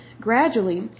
Gradually